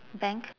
bank